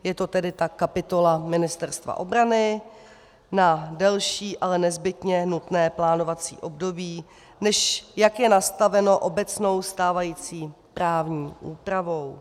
Je to tedy ta kapitola Ministerstva obrany na delší, ale nezbytně nutné plánovací období, než jak je nastaveno obecnou stávající právní úpravou.